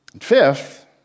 Fifth